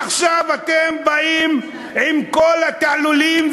עכשיו אתם באים עם כל התעלולים,